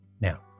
Now